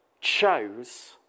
chose